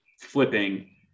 flipping